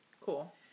cool